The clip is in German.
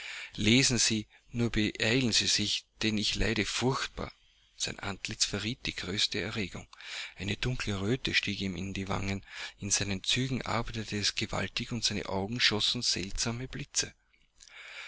lesen sie nur beeilen sie sich denn ich leide furchtbar sein antlitz verriet die größte erregung eine dunkle röte stieg ihm in die wangen in seinen zügen arbeitete es gewaltig und seine augen schossen seltsame blitze